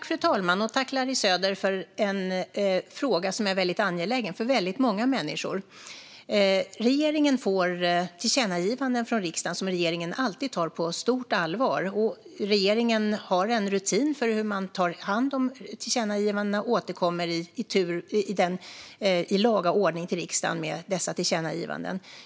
Fru talman! Jag tackar Larry Söder för en för många människor angelägen fråga. Regeringen får tillkännagivanden från riksdagen som regeringen alltid tar på stort allvar. Regeringen har en rutin för hur tillkännagivanden tas om hand och återkommer i laga ordning till riksdagen.